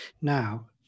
now